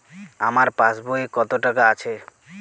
আমার পাসবই এ কত টাকা আছে?